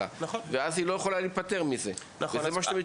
אתם מטפלים בה, אתם לא